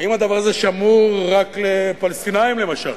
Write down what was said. האם הדבר הזה שמור רק לפלסטינים, למשל?